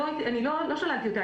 אני לא שללתי אותה,